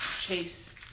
Chase